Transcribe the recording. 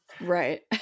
Right